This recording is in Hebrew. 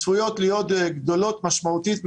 להיות גדולות משמעותית מהתחזית,